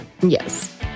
Yes